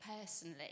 personally